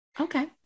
Okay